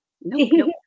Nope